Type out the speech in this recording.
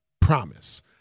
promise